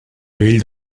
vell